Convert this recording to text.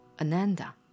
Ananda